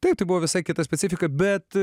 tai buvo visai kita specifika bet